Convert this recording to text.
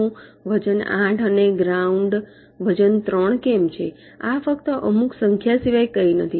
નું વજન 8 અને ગ્રાઉન્ડ વજન 3 કેમ છે આ ફક્ત અમુક સંખ્યા સિવાય કંઈ નથી